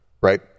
Right